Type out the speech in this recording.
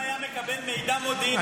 אם היה מתקבל מידע מודיעיני,